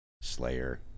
Slayer